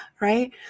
right